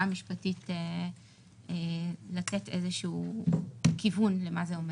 המשפטית לתת איזה שהוא כיוון למה זה אומר.